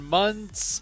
months